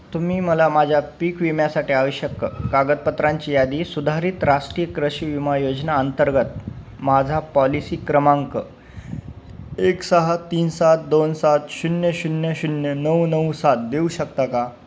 तुम्ही मला माझ्या पीक विम्यासाठी आवश्यक कागदपत्रांची यादी सुधारित राष्ट्रीय कृषी विमा योजना अंतर्गत माझा पॉलिसी क्रमांक एक सहा तीन सात दोन सात शून्य शून्य शून्य नऊ नऊ सात देऊ शकता का